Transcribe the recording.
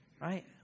Right